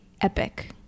epic